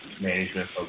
management